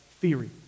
theory